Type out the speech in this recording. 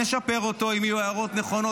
נשפר אותה אם יהיו הערות נכונות.